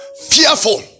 fearful